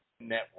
Network